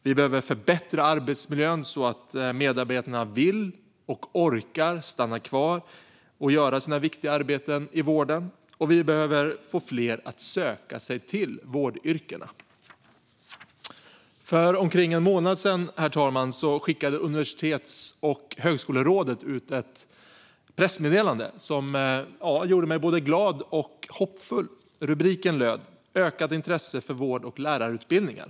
Vi behöver förbättra arbetsmiljön så att medarbetarna vill och orkar stanna kvar och utföra sina viktiga arbeten i vården. Och vi behöver få fler att söka sig till vårdyrkena. För omkring en månad sedan, herr talman, skickade Universitets och högskolerådet ut ett pressmeddelande som gjorde mig både glad och hoppfull. Rubriken löd: Ökat intresse för vård och lärarutbildningar.